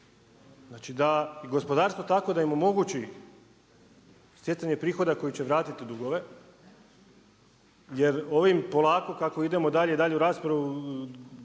Znači da je gospodarstvo takvo da im omogući stjecanje prihoda koji će vratiti dugove jer ovim polako kako idemo dalje i dalje u raspravu